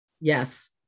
Yes